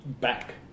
back